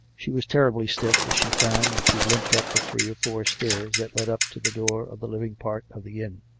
she was terribly stiff, as she found when she limped up the three or four stairs that led up to the door of the living part of the inn